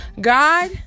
God